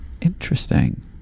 interesting